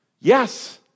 Yes